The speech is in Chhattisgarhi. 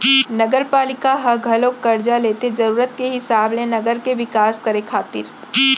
नगरपालिका ह घलोक करजा लेथे जरुरत के हिसाब ले नगर के बिकास करे खातिर